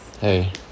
Hey